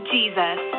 Jesus